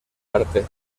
arte